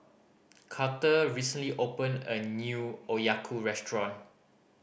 Carter recently opened a new Okayu Restaurant